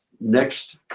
next